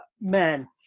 man